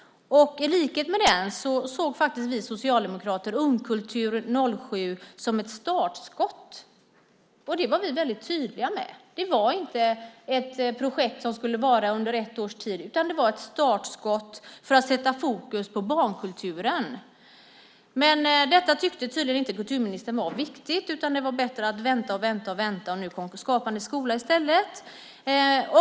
I likhet med den såg vi socialdemokrater Ungkultur 07 som ett startskott. Det var vi väldigt tydliga med. Det var inte ett projekt som skulle vara under ett års tid, utan det var ett startskott för att sätta fokus på barnkulturen. Men detta tyckte tydligen inte kulturministern var viktigt, utan det var bättre att vänta och vänta. Nu kom Skapande skola i stället.